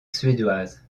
suédoise